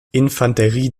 infanterie